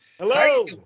Hello